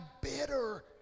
bitter